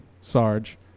Sarge